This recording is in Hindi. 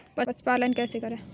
पशुपालन कैसे करें?